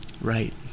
Right